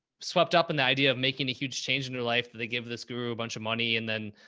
swept up in the idea of making a huge change in their life. did they give this group a bunch of money? and then,